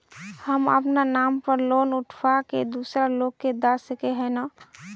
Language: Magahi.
हम अपना नाम पर लोन उठा के दूसरा लोग के दा सके है ने